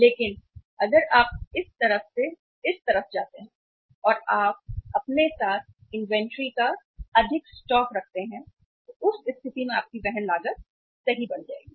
लेकिन अगर आप इस तरफ से इस तरफ जाते हैं और आप अपने साथ इन्वेंट्री का अधिक स्टॉक रखते हैं तो उस स्थिति में आपकी वहन लागत सही बढ़ जाएगी